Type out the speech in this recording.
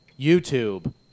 YouTube